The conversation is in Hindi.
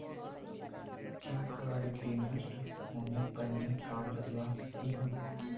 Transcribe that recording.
क्या कार्ड के नष्ट होने पर में कार्ड बदलवा सकती हूँ?